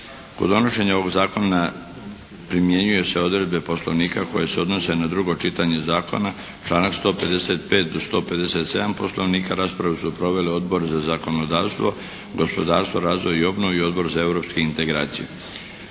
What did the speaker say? Kod donošenja ovog zakona primjenjuju se odredbe poslovnika koje se odnose na drugo čitanje zakona, članak 155. do 157. poslovnika. Raspravu su proveli Odbor za zakonodavstvo, gospodarstvo, razvoj i obnovu i Odbor za europske integracije.